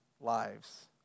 lives